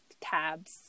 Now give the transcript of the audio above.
tabs